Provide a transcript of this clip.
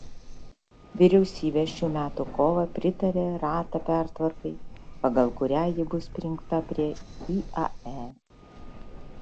vyriausybė šių metų kovą pritarė rata pertvarkai pagal kurią ji bus prijungta prie iae